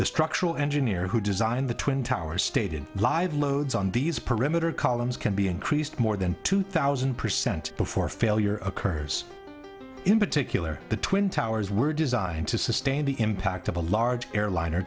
the structural engineer who designed the twin towers stated live loads on these perimeter columns can be increased more than two thousand percent before failure occurs in particular the twin towers were designed to sustain the impact of a large airliner